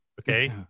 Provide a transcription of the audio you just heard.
okay